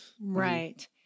right